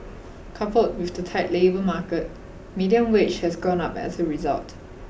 coupled with the tight labour market median wage has gone up as a result